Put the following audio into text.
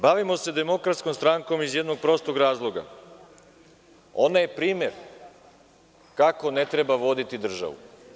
Bavimo se Demokratskom strankom iz jednog prostog razloga, ona je primer kako ne treba voditi državu.